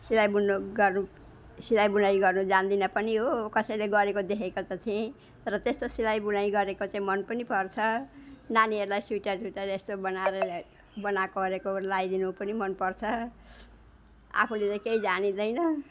सिलाई बुन्नु गर्नु सिलाईबुनाई गर्नु जान्दिनँ पनि हो कसैले गरेको देखेको त थिएँ तर त्यस्तो सिलाईबुनाई गरेको चाहिँ मन पनि पर्छ नानीहरूलाई स्वेटर स्वेटर यस्तो बनाएर यसलाई बनाएको ओरेको लगाइदिनु पनि मनपर्छ आफूले चाहिँ केही जानिँदैन